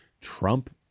Trump